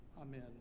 Amen